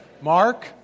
Mark